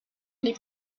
les